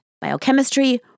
biochemistry